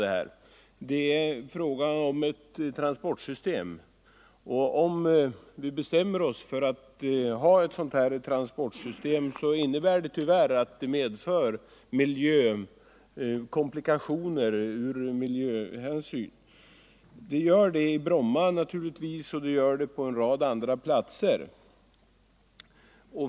Det är fråga om ett transportsystem, och om vi bestämmer oss för att ha ett sådant transportsystem innebär det tyvärr komplikationer ur miljösynpunkt. Det gör det naturligtvis i Bromma och det gör det på en rad andra platser.